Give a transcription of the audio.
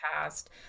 past